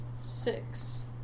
six